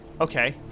okay